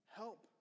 help